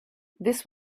this